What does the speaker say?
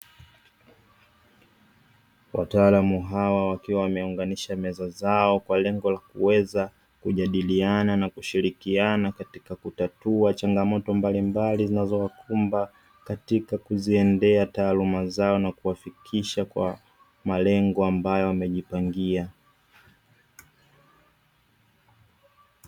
Wataalamu hawa wakiwa wameunganisha meza zao, kwa lengo la kuweza kujadiliana na kushirikiana katika kutatua changamoto mbalimbali zinazowakumba katika kuziendea taaluma zao na kuwafikisha kwa malengo ambayo wamejipangia.